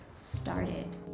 started